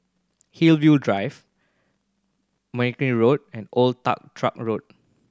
Hillview Drive Mergui Road and Old Toh Truck Road